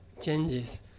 changes